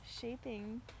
shaping